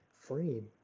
frame